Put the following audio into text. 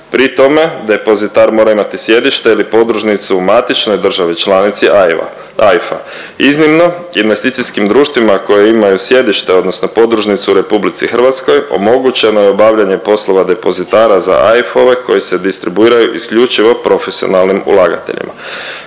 Pri tome depozitar mora imati sjedište ili podružnicu u matičnoj državni članici AIF-a. Iznimno investicijskim društvima koji imaju sjedište odnosno podružnicu u RH omogućeno je obavljanje poslova depozitara za AIF-ove koji se distribuiraju isključivo profesionalnim ulagateljima.